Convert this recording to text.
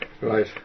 Right